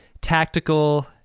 tactical